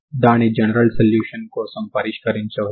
దీనిని మీరు mgh గా నిర్వచించవచ్చు